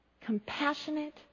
compassionate